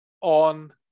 on